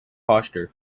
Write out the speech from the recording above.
posture